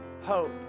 hope